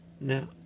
Now